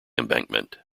embankment